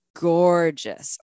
gorgeous